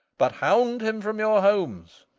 but hound him from your homes.